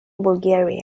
bulgaria